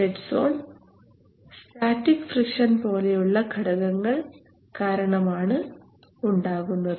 dead zone static friction പോലെയുള്ള ഘടകങ്ങൾ കാരണമാണ് ഉണ്ടാകുന്നത്